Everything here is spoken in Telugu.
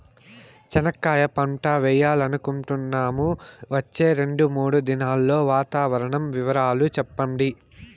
చెనక్కాయ పంట వేయాలనుకుంటున్నాము, వచ్చే రెండు, మూడు దినాల్లో వాతావరణం వివరాలు చెప్పండి?